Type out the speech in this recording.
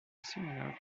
similar